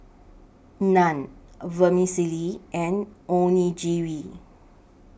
Naan Vermicelli and Onigiri